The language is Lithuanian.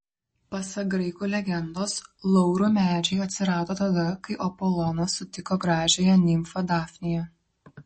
pasak graikų legendos laurų medžiai atsirado tada kai apolonas sutiko gražiąją nimfą dafniją